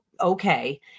okay